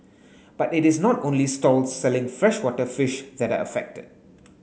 but it is not only stalls selling freshwater fish that are affected